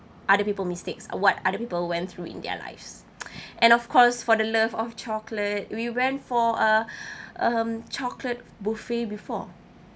other people mistakes what other people went through in their lives and of course for the love of chocolate we went for uh um chocolate buffet before